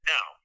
Now